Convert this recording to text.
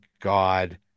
god